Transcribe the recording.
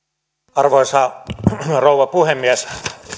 arvoisa arvoisa rouva puhemies